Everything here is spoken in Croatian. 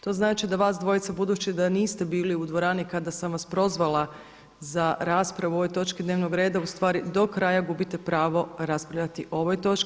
To znači da vas dvojca budući da niste bili u dvorani kada sam vas prozvala za raspravu po ovoj točci dnevnog reda u stvari do kraja gubite pravo raspravljati o ovoj točci.